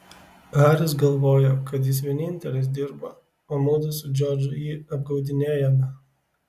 haris galvojo kad jis vienintelis dirba o mudu su džordžu jį apgaudinėjame